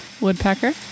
woodpecker